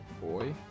boy